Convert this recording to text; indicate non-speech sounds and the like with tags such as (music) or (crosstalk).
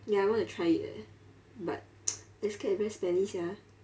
ya I wanna try it eh but (noise) I scared it's very smelly sia